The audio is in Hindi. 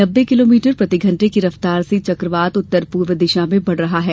नब्बे किलोमीटर प्रतिघंटे की रफ्तार से चक्रवात उत्तर पूर्व दिशा में बढ़ रहा है